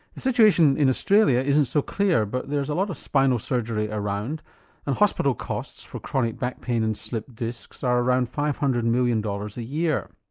the situation in australia isn't so clear but there's a lot of spinal surgery around and hospital costs for chronic back pain and slipped discs are around five hundred million dollars a year.